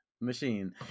machine